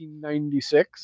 1996